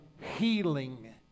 healing